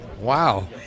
Wow